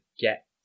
get